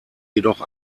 jedoch